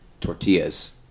tortillas